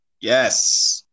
Yes